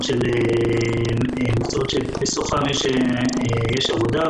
מקצועות שבסופם עבודה,